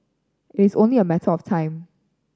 it's only a matter of time